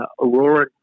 Aurora